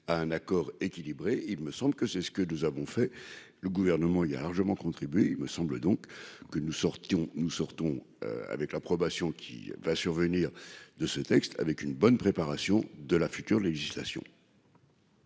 à un accord équilibré, il me semble que c'est ce que nous avons fait le gouvernement il y a largement contribué, il me semble donc que nous sortions, nous sortons avec l'approbation qui va survenir de ce texte avec une bonne préparation de la future législation.